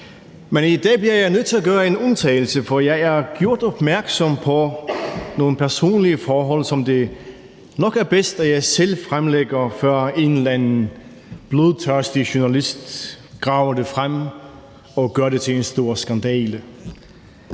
Men i dag bliver jeg nødt til at gøre en undtagelse, for jeg er blevet gjort opmærksom på nogle personlige forhold, som det nok er bedst at jeg selv fremlægger, før en eller anden blodtørstig journalist graver det frem og gør det til en stor skandale.